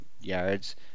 yards